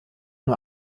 nur